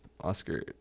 Oscar